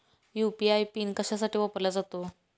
UPI PIN कशासाठी वापरला जातो?